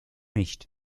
nicht